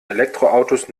elektroautos